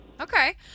Okay